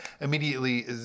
Immediately